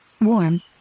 warm